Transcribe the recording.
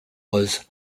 was